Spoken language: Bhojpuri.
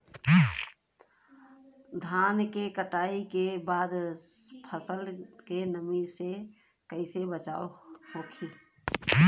धान के कटाई के बाद फसल के नमी से कइसे बचाव होखि?